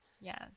yes